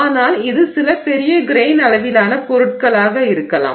ஆனால் இது சில பெரிய கிரெய்ன் அளவிலான பொருட்களாக இருக்கலாம்